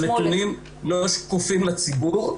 שהנתונים לא יהיו שקופים לציבור.